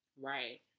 Right